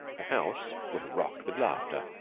the house would have rocked with laughter.